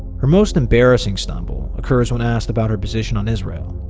her most embarrassing stumble occurs when asked about her position on israel.